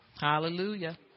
Hallelujah